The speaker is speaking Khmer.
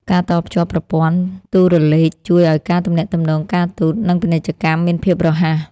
ការតភ្ជាប់ប្រព័ន្ធទូរលេខជួយឱ្យការទំនាក់ទំនងការទូត និងពាណិជ្ជកម្មមានភាពរហ័ស។